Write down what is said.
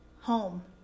home